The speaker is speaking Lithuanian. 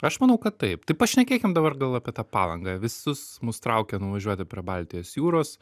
aš manau kad taip tai pašnekėkim dabar gal apie tą palangą visus mus traukia nuvažiuoti prie baltijos jūros